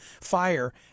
fire